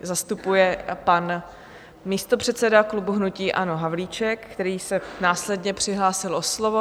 Zastupuje ji pan místopředseda klubu hnutí ANO Havlíček, který se následně přihlásil o slovo.